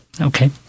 Okay